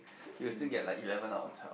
you will still get like eleven out of twelve